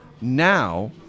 now